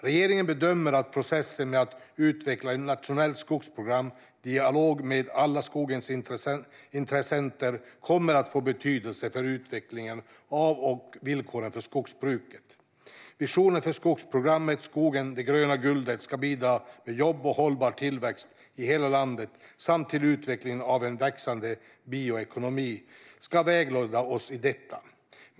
Regeringen bedömer att processen med att utveckla ett nationellt skogsprogram i dialog med alla skogens intressenter kommer att få betydelse för utvecklingen av och villkoren för skogsbruket. Visionen för skogsprogrammet Skogen - det gröna guldet är att bidra med jobb och hållbar tillväxt i hela landet samt till utvecklingen av en växande bioekonomi. Det ska vägleda oss i detta.